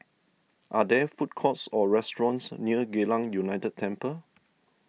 are there food courts or restaurants near Geylang United Temple